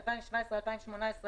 2017-2018,